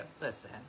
Listen